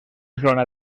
zona